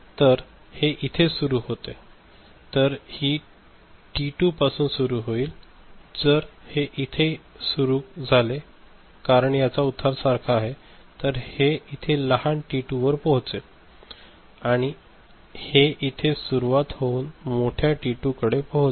तर हे इथे सुरु होते तर हे टी 2 पासून सुरु होईल जर हे इथे इथे सुरु झाले कारण याचा उतार सारखा आहे तर हे इथे लहान टी 2 वर पोहचेल आणि हे इथे सुरुवात होऊन मोठ्या टी 2 कडे पोहचेल